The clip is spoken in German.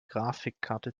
grafikkarte